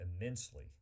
immensely